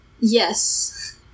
Yes